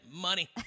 money